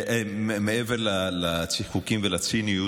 מעבר לצחקוקים ולציניות,